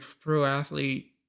pro-athlete